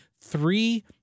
three